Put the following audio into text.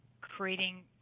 creating